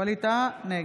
(קוראת בשמות חברי הכנסת) ווליד טאהא, נגד